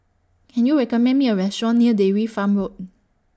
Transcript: Can YOU recommend Me A Restaurant near Dairy Farm Road